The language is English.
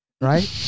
right